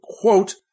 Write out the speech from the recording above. quote